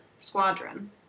Squadron